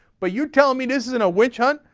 but you're telling me this isn't a witch-hunt?